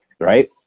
right